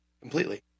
completely